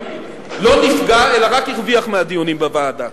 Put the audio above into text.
לא נפגע, אלא רק הרוויח מהדיונים בוועדה.